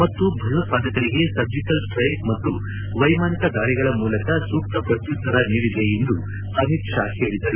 ಮತ್ತು ಭಯೋತ್ವಾದಕರಿಗೆ surgical strike ಮತ್ತು ವೈಮಾನಿಕ ದಾಳಿಗಳ ಮೂಲಕ ಸೂಕ್ತ ಪ್ರತ್ಯುತ್ತರ ನೀಡಿದೆ ಎಂದು ಅಮಿತ್ ಷಾ ಹೇಳಿದರು